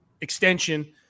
extension